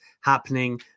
happening